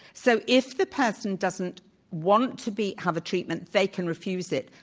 so if the person doesn't want to be have a treatment, they can refuse it.